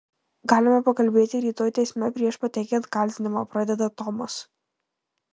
galime pakalbėti rytoj teisme prieš pateikiant kaltinimą pradeda tomas